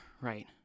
right